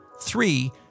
Three